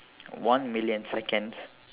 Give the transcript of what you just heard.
one million seconds